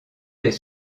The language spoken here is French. des